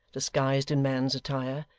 disguised in man's attire,